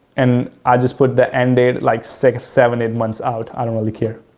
and i just put the end date like six, seven, eight months out, i don't really care.